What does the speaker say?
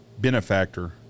benefactor